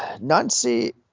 Nancy